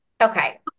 Okay